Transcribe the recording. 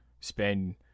spend